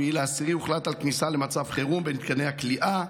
באוקטובר הוחלט על כניסה למצב חירום במתקני הכליאה